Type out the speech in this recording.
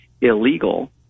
illegal